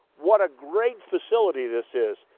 what a great facility this is.